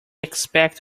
expect